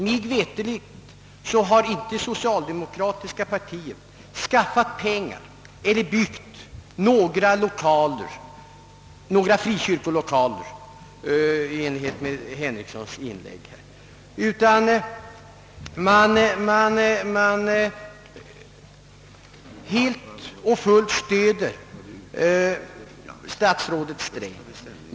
Mig veterligt har det socialdemokratiska partiet inte skaffat pengar till eller byggt några frikyrkliga samlingslokaler, man stöder i stället helt och fullt statsrådet Sträng.